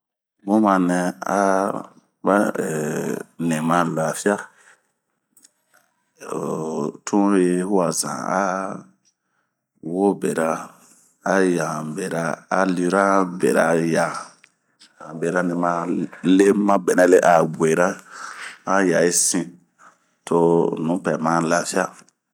Bun manɛ aba nima lafia, eohh tunyi huazan aa wobera, ayahanbera,a liria han beraya, han bera nɛmalemabɛnɛle a guera ,ahan yayi sin to nupɛ ma lafia.